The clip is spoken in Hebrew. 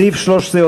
סעיף 13,